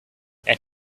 and